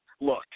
look